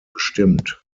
bestimmt